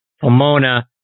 Pomona